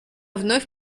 вновь